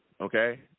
okay